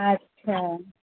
अच्छा